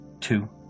Two